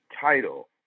title